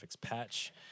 patch